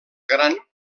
gran